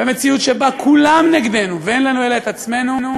במציאות שבה כולם נגדנו ואין לנו אלא את עצמנו,